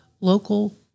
local